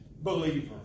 believer